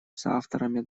соавторами